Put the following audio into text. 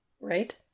Right